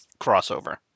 crossover